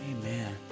Amen